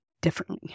differently